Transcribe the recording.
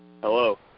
hello